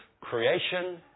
creation